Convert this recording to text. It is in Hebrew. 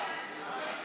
ההצעה להעביר